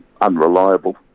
unreliable